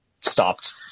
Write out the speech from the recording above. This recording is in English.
stopped